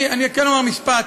אני כן אומר משפט.